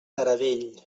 taradell